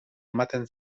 ematen